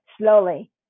slowly